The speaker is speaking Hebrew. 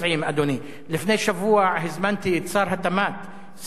לפני שבוע הזמנתי את שר התמ"ת שמחון לשם,